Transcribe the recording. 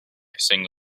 signal